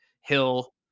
Hill